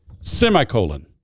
semicolon